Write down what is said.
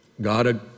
God